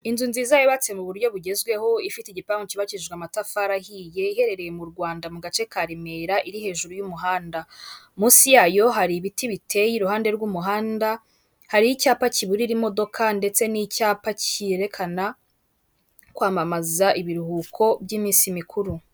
Inzu nziza yubatse mu buryo bugezweho ifite igipangu cyubakishijwe amatafarihiye iherereye mu Rwanda mu gace ka Remera iri hejuru y'umuhanda, munsi yayo hari ibiti biteye iruhande rw'umuhanda. Hari icyapa kiburira imodoka ndetse n'icyapa cyerekana kwamamaza ibiruhuko by'iminsi mikuru.